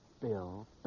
Bill